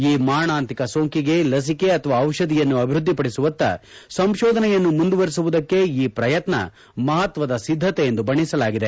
ಈ ಮಾರಣಾಂತಿಕ ಸೋಂಕಿಗೆ ಲಸಿಕೆ ಅಥವಾ ದಿಷಧಿಯನ್ನು ಅಭಿವ್ಯದ್ಲಿಪಡಿಸುವತ್ತ ಸಂಶೋಧನೆಯನ್ನು ಮುಂದುವರೆಸುವುದಕ್ಕೆ ಈ ಪ್ರಯತ್ನ ಮಹತ್ತದ ಸಿದ್ದತೆ ಎಂದು ಬಣ್ಣಿಸಲಾಗಿದೆ